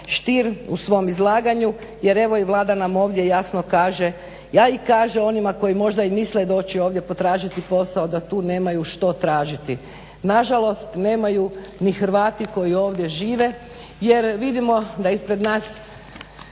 Stier u svom izlaganju jer evo i Vlada nam ovdje jasno kaže, kaže i onima koji možda i misle doći ovdje potražiti posao da tu nemaju što tražiti. Na žalost, nemaju ni Hrvati koji ovdje žive jer vidimo da ispred nas